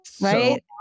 right